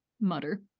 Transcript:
mutter